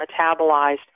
metabolized